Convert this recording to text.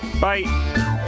Bye